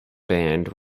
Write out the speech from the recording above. band